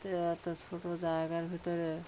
তা এত ছোটো জায়গার ভিতরে